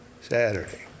Saturday